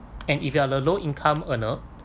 and if you are a low income earner